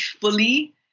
fully